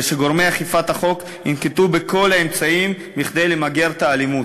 ושגורמי אכיפת החוק ינקטו את כל האמצעים כדי למגר את האלימות.